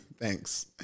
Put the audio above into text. Thanks